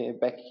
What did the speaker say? Back